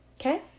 Okay